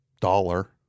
Dollar